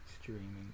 streaming